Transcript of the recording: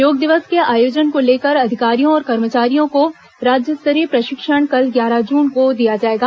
योग दिवस के आयोजन को लेकर अधिकारियों और कर्मचारियों को राज्यस्तरीय प्रशिक्षण कल ग्यारह जुन को दिया जाएगा